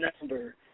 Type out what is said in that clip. number